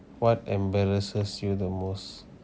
what embarrassed you the most